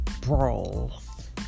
brawls